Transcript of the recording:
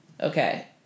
Okay